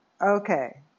Okay